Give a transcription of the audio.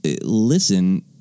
listen